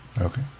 Okay